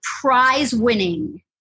prize-winning